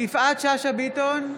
יפעת שאשא ביטון,